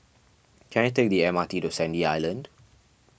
can I take the M R T to Sandy Island